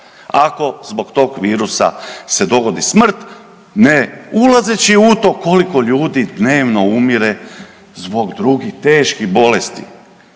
ako zbog tog virusa se dogodi smrt, ne ulazeći u to koliko ljudi dnevno umire zbog drugih teških bolesti.